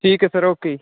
ਠੀਕ ਹੈ sir okay ਜੀ